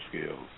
skills